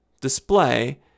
display